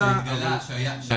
של